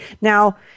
Now